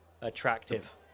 attractive